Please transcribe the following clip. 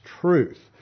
truth